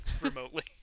remotely